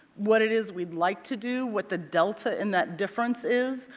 what it is we would like to do, what the delta in that difference is,